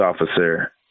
officer